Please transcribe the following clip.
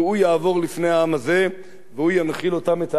לפני העם הזה והוא ינחיל אותם את הארץ אשר תראה".